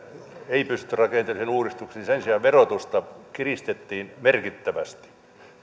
ei pystytty rakenteellisiin uudistuksiin sen sijaan verotusta kiristettiin merkittävästi